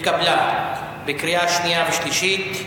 הצעת חוק לתיקון פקודת הרוקחים (מס' 18) התקבלה בקריאה שנייה ושלישית.